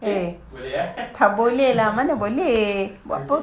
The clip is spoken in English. okay boleh eh okay